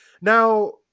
Now